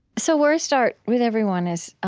so where i start with everyone is,